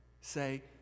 say